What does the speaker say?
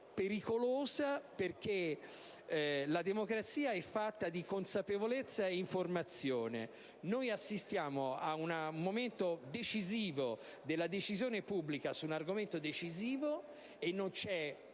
pericolosa perché la democrazia è fatta di consapevolezza e di informazione. Noi assistiamo ad un momento importante della decisione pubblica su un argomento significativo e non c'è